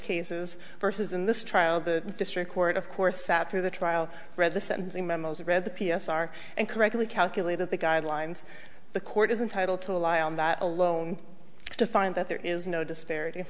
cases versus in this trial the district court of course sat through the trial read the sentencing memos read the p s r and correctly calculated the guidelines the court is entitle to lie on that alone to find that there is no disparity